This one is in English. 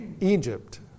Egypt